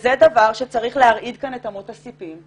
וזה דבר שצריך להרעיד כאן את אמות הסיפים.